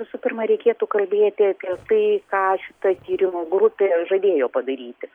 visų pirma reikėtų kalbėti apie tai ką ta tyrimų grupė žadėjo padaryti